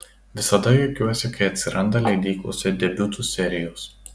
visada juokiuosi kai atsiranda leidyklose debiutų serijos